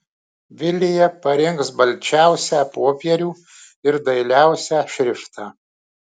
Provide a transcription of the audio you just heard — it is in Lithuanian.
vilija parinks balčiausią popierių ir dailiausią šriftą